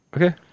Okay